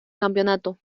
campeonato